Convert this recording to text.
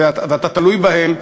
ואתה תלוי בהם,